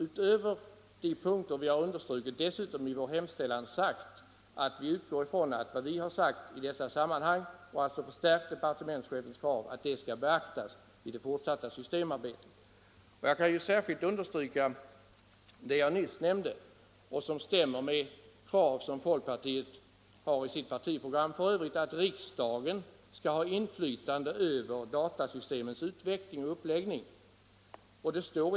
Utöver de punkter vi har understrukit har vi dessutom i utskottets hemställan sagt att vi utgår från att vad vi i detta sammanhang anfört, där vi alltså har förstärkt departementschefens krav, skall beaktas i det fortsatta systemarbetet. Jag vill understryka vad jag nyss nämnde — och som f.ö. stämmer med de krav som folkpartiet har i sitt partiprogram — att riksdagen skall ha inflytande över datasystemets uppläggning och utveckling.